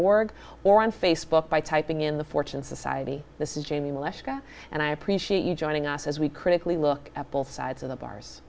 org or on facebook by typing in the fortune society this is jamie molesta and i appreciate you joining us as we critically look at both sides of the bars